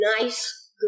nice